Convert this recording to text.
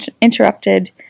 interrupted